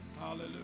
Hallelujah